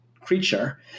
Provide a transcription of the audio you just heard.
creature